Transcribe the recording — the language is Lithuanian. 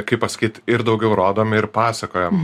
kaip pasakyt ir daugiau rodom ir pasakojam